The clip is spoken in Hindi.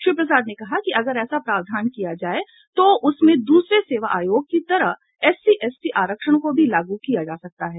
श्री प्रसाद ने कहा कि अगर ऐसा प्रावधान किया जाये तो उसमें दूसरे सेवा आयोग की तरह एससी एसटी आरक्षण को भी लागू किया जा सकता है